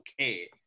okay